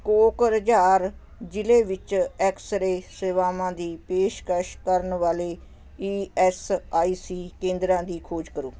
ਕੋਕਰਾਝਾਰ ਜ਼ਿਲ੍ਹੇ ਵਿੱਚ ਐਕਸਰੇਅ ਸੇਵਾਵਾਂ ਦੀ ਪੇਸ਼ਕਸ਼ ਕਰਨ ਵਾਲੇ ਈ ਐੱਸ ਆਈ ਸੀ ਕੇਂਦਰਾਂ ਦੀ ਖੋਜ ਕਰੋ